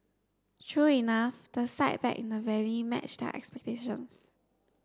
true enough the sight back in the valley matched their expectations